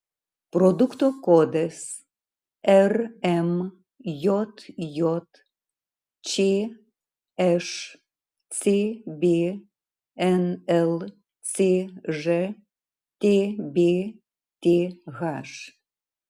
produkto kodas rmjj čšcb nlcž tbth